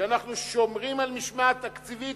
שאנחנו שומרים על משמעת תקציבית,